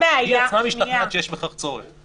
שיש בכך צורך.